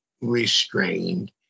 restrained